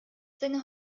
seine